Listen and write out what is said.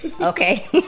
Okay